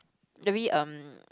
very um